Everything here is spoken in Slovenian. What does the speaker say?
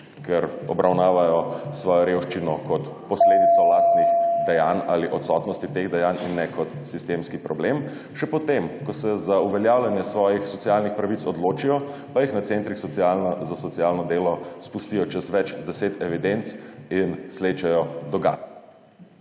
ker obravnavajo svojo revščino kot posledico lastnih dejanj ali odsotnosti teh dejanj in ne kot sistemski problem. Še potem ko se za uveljavljanje svojih socialnih pravic odločijo, pa jih na centrih za socialno delo spustijo čez več deset evidenc in slečejo do